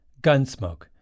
Gunsmoke